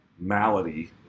Malady